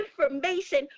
information